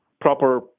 proper